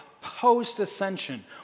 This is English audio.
post-ascension